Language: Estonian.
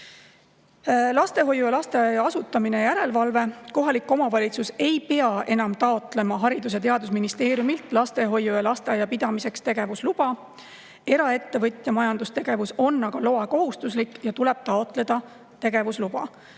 Lastehoiu ja lasteaia asutamine ja järelevalve. Kohalik omavalitsus ei pea enam taotlema Haridus‑ ja Teadusministeeriumilt lastehoiu ja lasteaia pidamiseks tegevusluba. Eraettevõtja majandustegevus on aga loakohustuslik ja tuleb taotleda tegevusluba.